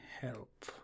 help